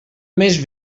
més